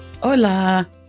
hola